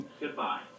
Goodbye